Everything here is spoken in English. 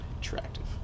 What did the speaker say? Attractive